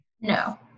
No